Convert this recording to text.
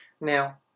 Now